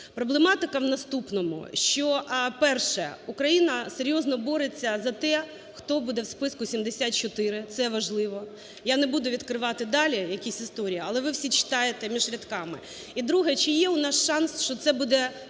Проблематика у наступному, що… Перше. Україна серйозно бореться за те, хто буде у списку 74, це важливо. Я не буду відкривати далі якісь історії, але ви всі читаєте між рядками. І друге. Чи є у нас шанс, що це буде